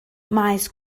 maes